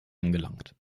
angelangt